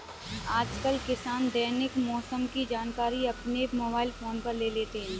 आजकल किसान दैनिक मौसम की जानकारी अपने मोबाइल फोन पर ले लेते हैं